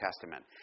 Testament